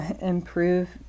improve